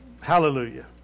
hallelujah